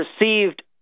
received